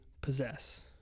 possess